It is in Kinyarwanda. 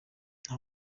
nta